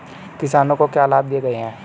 किसानों को क्या लाभ दिए गए हैं?